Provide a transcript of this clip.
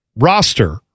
Roster